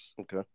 okay